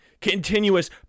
continuous